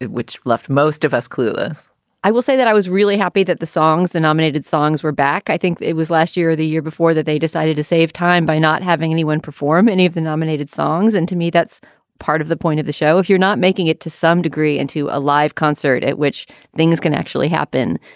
which left most of us clueless i will say that i was really happy that the songs, the nominated songs were back. i think it was last year or the year before that they decided to save time by not having anyone perform any of the nominated songs. and to me, that's part of the point of the show. if you're not making it to some degree into a live concert at which things can actually happen.